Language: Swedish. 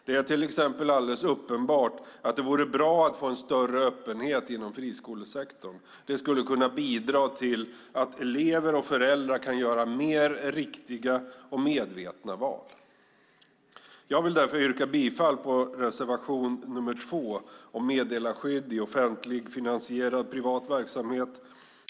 Det är till exempel alldeles uppenbart att det vore bra att få en större öppenhet inom friskolesektorn. Det skulle kunna bidra till att elever och föräldrar kunde göra mer riktiga och medvetna val. Jag vill därför yrka bifall till reservation 2 om meddelarskydd i offentligfinansierad privat verksamhet.